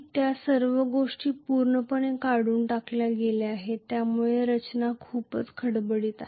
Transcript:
त्या सर्व गोष्टी पूर्णपणे काढून टाकल्या आहेत ज्यामुळे रचना खूपच खडबडीत आहे